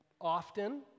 Often